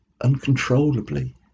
uncontrollably